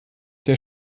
der